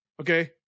Okay